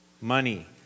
money